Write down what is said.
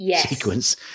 sequence